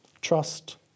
Trust